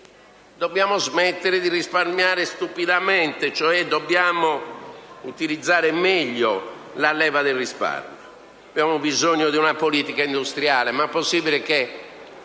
Dobbiamo smettere di risparmiare stupidamente. Dobbiamo, cioè, utilizzare in modo migliore la leva del risparmio. Abbiamo bisogno di una politica industriale. Ma è possibile che